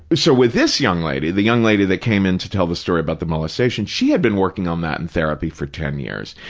but so with this young lady, the young lady that came in to tell the story about the molestation, she had been working on that in therapy for ten years,